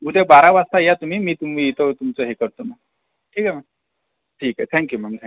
उद्या बारा वाजता या तुम्ही मी तुम्ही ते तुमचा हे करतो ठीक आहे मग ठीक आहे thank you ma'am thank you